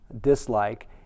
dislike